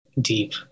deep